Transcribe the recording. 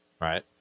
right